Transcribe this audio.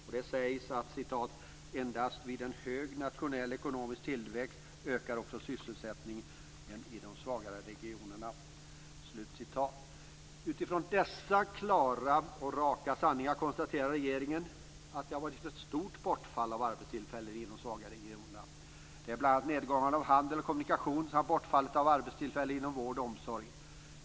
Vidare sägs att "endast vid en hög nationell, ekonomisk tillväxt ökar också sysselsättningen i de svagare regionerna". Utifrån dessa klara och raka sanningar konstaterar regeringen att det har varit ett stort bortfall av arbetstillfällen i de svaga regionerna. Det har bl.a. varit en nedgång i handel och kommunikation samt bortfall av arbetstillfällen inom vård och omsorg.